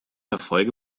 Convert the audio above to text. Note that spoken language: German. erfolge